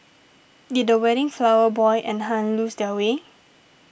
did the wedding flower boy and Hun lose their way